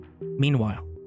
Meanwhile